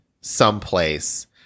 someplace